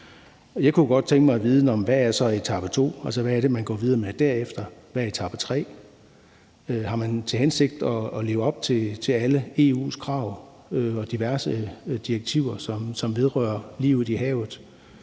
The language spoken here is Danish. Jeg kunne godt tænke mig at vide: Hvad er så etape to? Altså, hvad er det, man går videre med derefter? Hvad er etape tre? Har man til hensigt at leve op til alle EU's krav og diverse direktiver, som vedrører livet i havet?